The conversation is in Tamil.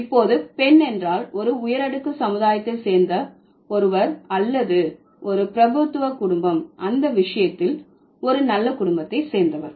இப்போது பெண் என்றால் ஒரு உயரடுக்கு சமுதாயத்தை சேர்ந்த ஒருவர் அல்லது ஒரு பிரபுத்துவ குடும்பம் அந்த விஷயத்தில் ஒரு நல்ல குடும்பத்தை சேர்ந்தவர்